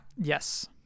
Yes